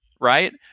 Right